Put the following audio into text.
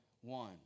one